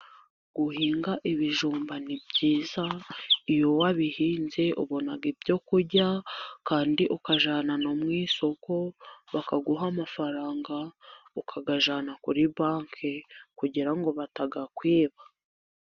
Guhinga ibijumba ni byiza, iyo wabihinze ubona ibyokurya, kandi ukajyana mu isoko bakaguha amafaranga ukayajyana kuri banki kugira ngo batayakwiba.